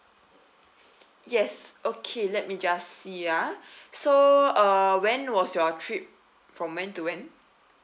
yes okay let me just see ah so uh when was your trip from when to when